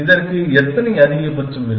இதற்கு எத்தனை அதிகபட்சம் இருக்கும்